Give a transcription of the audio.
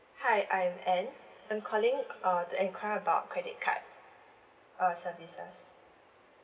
hi I'm ann I'm calling uh uh to enquire about credit card uh services